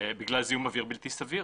בגלל זיהום אוויר בלתי סביר.